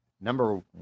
number